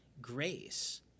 grace